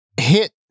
hit